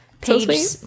page